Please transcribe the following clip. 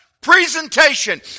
presentation